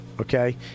okay